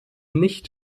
nicht